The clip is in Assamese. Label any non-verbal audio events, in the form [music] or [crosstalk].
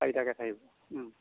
চাৰিটাকে চাই [unintelligible] ও